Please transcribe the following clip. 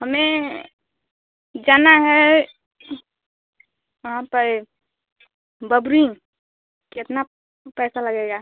हमें जाना है वहाँ पर बबरी कितना पैसा लगेगा